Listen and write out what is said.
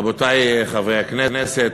רבותי חברי הכנסת,